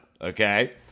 Okay